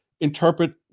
interpret